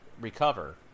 Recover